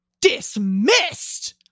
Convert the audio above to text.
Dismissed